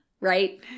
right